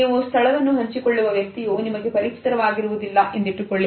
ನೀವು ಸ್ಥಳವನ್ನು ಹಂಚಿಕೊಳ್ಳುವ ವ್ಯಕ್ತಿಯು ನಿಮಗೆ ಪರಿಚಿತರಾಗಿರುವುದಿಲ್ಲ ಎಂದಿಟ್ಟುಕೊಳ್ಳಿ